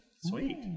Sweet